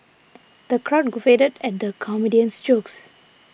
the crowd guffawed at the comedian's jokes